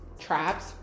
traps